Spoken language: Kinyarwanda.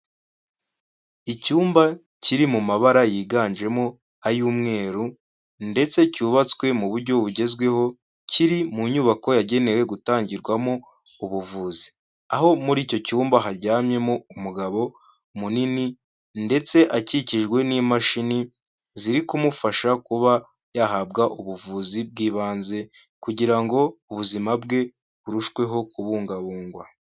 Icyumba kiri mu mabara yiganjemo ay'umweru ndetse cyubatswe mu buryo bugezweho, kiri mu nyubako yagenewe gutangirwamo ubuvuzi, aho muri icyo cyumba haryamyemo umugabo munini ndetse akikijwe n'imashini ziri kumufasha kuba yahabwa ubuvuzi bw'ibanze kugira ngo ubuzima bwe burushweho kubungabungwa.